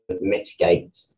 mitigate